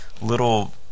little